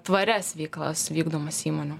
tvarias veiklas vykdomas įmonių